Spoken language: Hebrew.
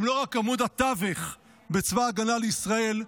הם לא רק עמוד התווך בצבא ההגנה לישראל,